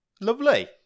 Lovely